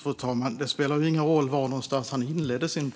Fru talman! Det spelar ingen roll var Markus Wiechel inledde sin